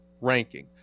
ranking